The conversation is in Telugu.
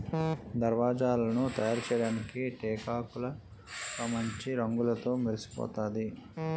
దర్వాజలను తయారుచేయడానికి టేకుకలపమాంచి రంగుతో మెరిసిపోతాది